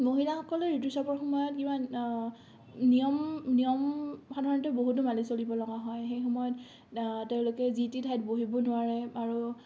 মহিলাসকলে ঋতুস্ৰাৱৰ সময়ত ইমান নিয়ম নিয়ম সাধাৰণতে বহুতো মানি চলিবলগীয়া হয় সেইসময়ত তেওঁলোকে যি টি ঠাইত বহিব নোৱাৰে আৰু